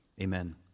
amen